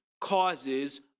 causes